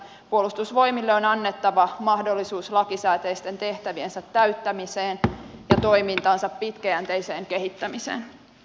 puolustusvoimille on annettava mahdollisuus lakisääteisten tehtäviensä täyttämiseen ja toimintansa pitkäjänteiseen kehittämiseen